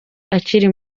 akiri